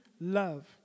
love